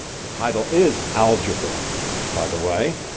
the title is algebra by the way,